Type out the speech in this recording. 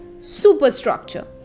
superstructure